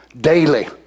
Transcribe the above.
daily